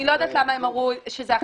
אני לא יודעת למה הם אמרו שזה אחרת.